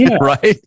right